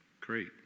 great